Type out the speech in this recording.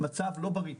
המצב לא בריא.